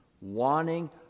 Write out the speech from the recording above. Wanting